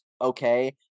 okay